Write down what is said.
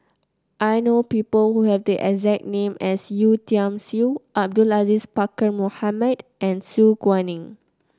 I know people who have the exact name as Yeo Tiam Siew Abdul Aziz Pakkeer Mohamed and Su Guaning